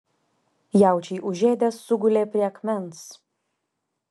jaučiai užėdę sugulė prie akmens